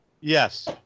Yes